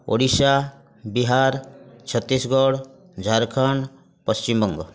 Odisha Bihar Chhattisgarh Jharkhand Paschimbanga